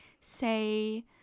say